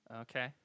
Okay